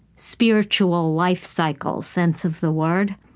spiritual life cycle sense of the word.